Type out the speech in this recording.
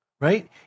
Right